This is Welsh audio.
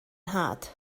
nhad